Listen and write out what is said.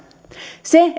se